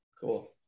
Cool